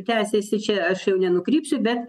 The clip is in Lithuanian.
tęsiasi čia aš jau nenukrypsiu bet